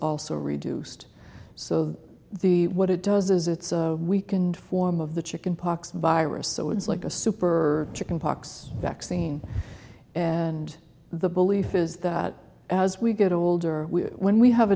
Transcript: also reduced so the what it does is it's a weakened form of the chicken pox virus so it's like a super chicken pox vaccine and the belief is that as we get older when we have